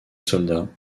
soldats